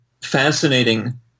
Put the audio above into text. fascinating